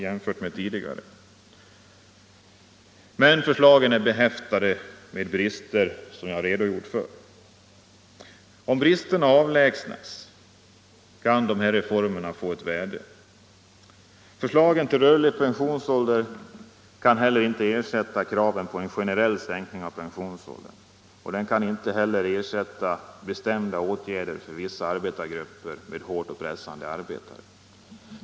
Men förslagen är behäftade med brister, som jag här redogjort för. Om bristerna avlägsnas, kan dessa reformer få ett värde. Förslagen till rörlig pensionsålder kan inte ersätta kravet på en generell sänkning av pensionsåldern, och de kan inte heller ersätta bestämda åtgärder för vissa arbetargrupper med hårt och pressande arbete.